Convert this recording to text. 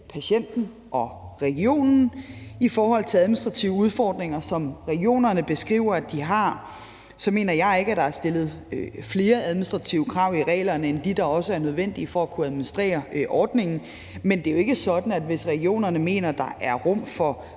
patienten og regionen. I forhold til administrative udfordringer, som regionerne beskriver at de har, mener jeg ikke, at der er stillet flere administrative krav i reglerne end dem, der også er nødvendige for at kunne administrere ordningen. Men det er jo sådan, at hvis regionerne mener, at der er rum for